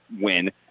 win